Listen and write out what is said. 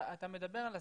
אתה מדבר על הסברה,